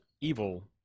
evil